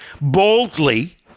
boldly